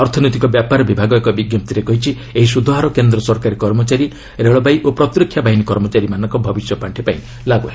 ଅର୍ଥନୈତିକ ବ୍ୟାପାର ବିଭାଗ ଏକ ବିଞ୍କପ୍ତିରେ କହିଛି ଏହି ସୁଧହାର କେନ୍ଦ୍ର ସରକାରୀ କର୍ମଚାରୀ ରେଳବାଇ ଓ ପ୍ରତିରକ୍ଷା ବାହିନୀ କର୍ମଚାରୀମାନଙ୍କ ଭବିଷ୍ୟ ପାଣ୍ଠିପାଇଁ ଲାଗୁ ହେବ